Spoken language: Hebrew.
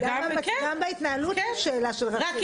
וגם בהתנהלות זאת שאלה של רצוי --- כן,